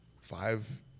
five